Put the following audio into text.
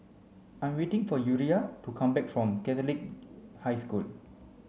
I'm waiting for Uriah to come back from Catholic High School